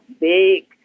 big